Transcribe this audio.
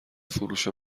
فروش